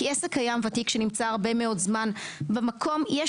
כי עסק קיים וותיק שנמצא הרבה מאוד זמן במקום יש